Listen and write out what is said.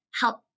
help